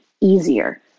easier